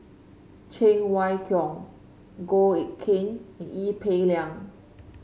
Cheng Wai Keung Goh Eck Kheng and Ee Peng Liang